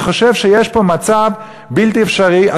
אני חושב שיש פה מצב בלתי אפשרי.